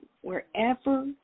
wherever